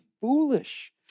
foolish